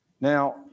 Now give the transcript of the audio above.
Now